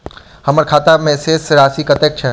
हम्मर खाता मे शेष राशि कतेक छैय?